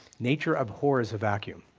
nature abhors a vacuum.